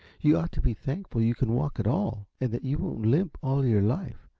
you ought to be thankful you can walk at all, and that you won't limp all your life.